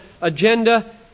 agenda